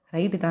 Right